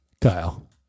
Kyle